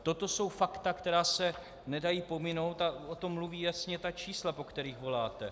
Toto jsou fakta, která se nedají pominout, a o tom mluví jasně ta čísla, po kterých voláte.